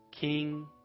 King